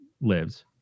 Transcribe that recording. lives